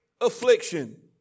affliction